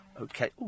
Okay